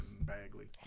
Bagley